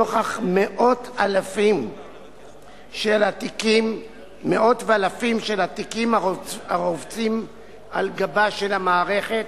נוכח מאות ואלפים של תיקים הרובצים על גבה של המערכת,